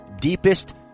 deepest